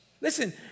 Listen